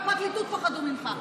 והפרקליטות פחדו ממך.